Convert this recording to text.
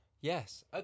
Yes